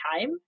time